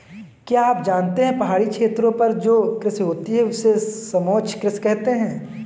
क्या आप जानते है पहाड़ी क्षेत्रों पर जो कृषि होती है उसे समोच्च कृषि कहते है?